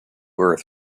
earth